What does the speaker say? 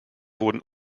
wurden